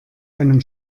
einem